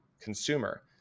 consumer